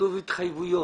כתוב התחייבויות.